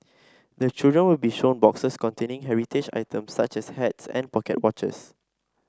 the children will be shown boxes containing heritage items such as hats and pocket watches